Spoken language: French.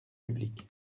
public